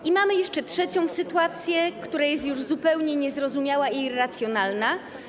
I mamy jeszcze trzecią sytuację, która jest już zupełnie niezrozumiała i irracjonalna.